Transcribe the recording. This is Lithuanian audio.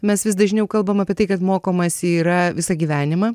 mes vis dažniau kalbam apie tai kad mokomasi yra visą gyvenimą